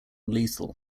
lethal